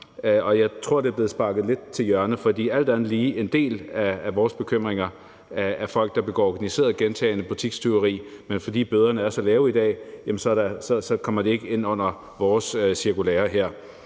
jeg tror, at det er blevet sparket lidt til hjørne. Alt andet lige går en del af vores bekymringer på folk, der begår organiserede gentagne butikstyverier, men som, fordi bøderne er så lave i dag, ikke kommer ind under vores cirkulære her.